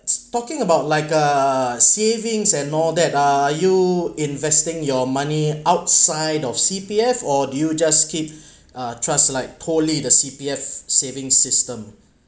it's talking about like uh savings and all that are you investing your money outside of C_P_F or do you just keep uh trust like totally the C_P_F savings system